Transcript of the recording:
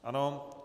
Ano.